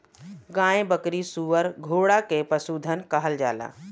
गाय बकरी सूअर घोड़ा के पसुधन कहल जाला